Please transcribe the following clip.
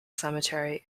cemetery